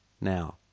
now